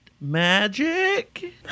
Magic